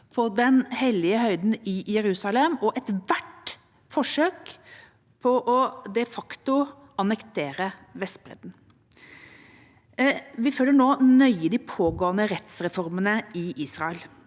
på den hellige høyden i Jerusalem og ethvert forsøk på de facto å annektere Vestbredden. Vi følger nå nøye de pågående rettsreformene i Israel.